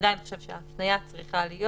עדיין חושבת שההפנייה צריכה להיות